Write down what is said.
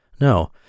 No